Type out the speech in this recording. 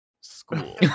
school